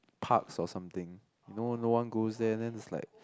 parks or something you know no one goes there then is like